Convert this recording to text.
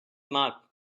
mark